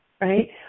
right